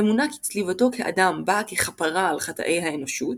האמונה כי צליבתו כאדם באה ככפרה על חטאי האנושות.